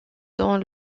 dans